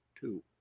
two